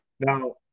Now